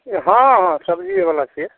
हँ सब्जिए बला छी